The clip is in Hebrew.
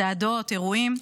צעדות, אירועים,